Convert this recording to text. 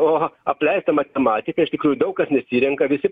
o apleista matematika iš tikrųjų daug kas nesirenka visi